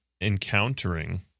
encountering